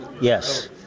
Yes